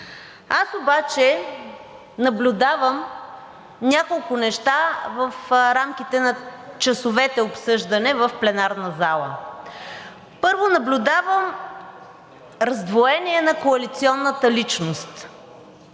Аз обаче наблюдавам няколко неща в рамките на часовете обсъждане в пленарна зала. Първо, наблюдавам раздвоение на коалиционната личност.